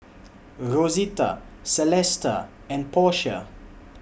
Rosita Celesta and Portia